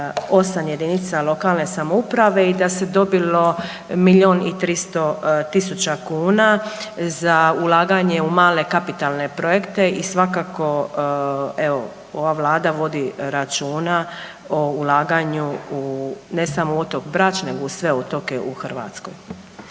8 jedinica lokalne samouprave i da se dobilo milion i 300 tisuća kuna za ulaganje u male kapitalne projekte i svakako evo ova Vlada vodi računa o ulaganju u ne samo otok Brač nego u sve otoke u Hrvatskoj.